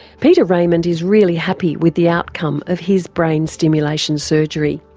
peter raymond is really happy with the outcome of his brain stimulation surgery.